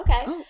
okay